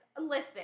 Listen